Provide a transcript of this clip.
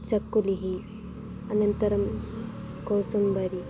चक्कुलिः अनन्तरं कोसुम्बरी